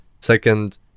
second